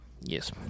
Yes